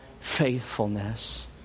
faithfulness